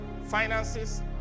finances